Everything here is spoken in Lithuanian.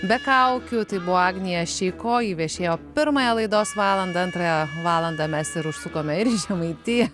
be kaukių taibuvo agnija šeiko pirmąją laidos valandą antrą valandą mes ir užsukame ir žemaitiją